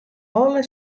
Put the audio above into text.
alle